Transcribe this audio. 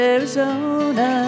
Arizona